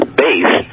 base